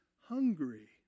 hungry